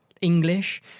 English